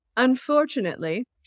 Unfortunately